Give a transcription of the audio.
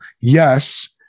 yes